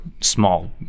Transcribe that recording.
small